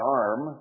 arm